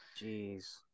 Jeez